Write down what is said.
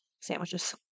sandwiches